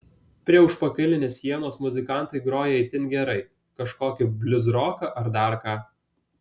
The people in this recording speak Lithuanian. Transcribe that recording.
prie užpakalinės sienos muzikantai groja itin gerai kažkokį bliuzroką ar dar ką